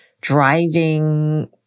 driving